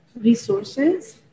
resources